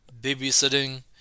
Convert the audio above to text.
babysitting